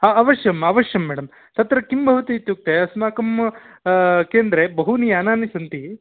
अवश्यम् अवश्यं मेडं तत्र किं भवति इत्युक्ते अस्माकं केन्द्रे बहूनि यानानि सन्ति